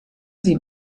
sie